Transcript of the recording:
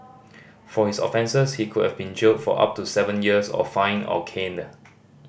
for his offences he could have been jailed for up to seven years or fined or caned